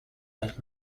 that